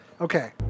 Okay